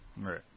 Right